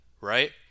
right